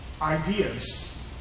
ideas